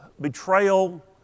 betrayal